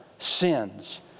sins